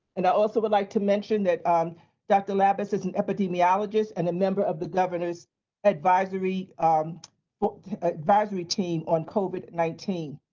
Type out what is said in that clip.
and i also would like to mention that um dr. labus is an epidemiologyist and a member of the governor's advisory um but advisory team on covid nineteen.